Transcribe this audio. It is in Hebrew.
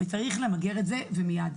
וצריך למגר את זה ומייד.